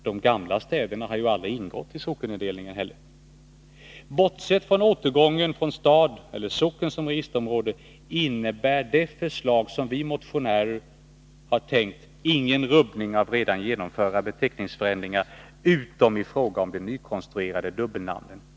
De gamla städerna har ju aldrig ingått i sockenindelningen. Bortsett från återgången från stad eller socken som registerområde innebär vårt förslag ingen rubbning av redan genomförda beteckningsändringar, utom i fråga om de nykonstruerade dubbelnamnen.